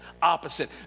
opposite